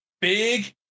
big